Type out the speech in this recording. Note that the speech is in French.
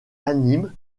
animent